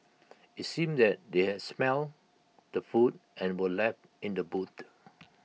IT seemed that they had smelt the food and were left in the boot